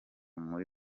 muri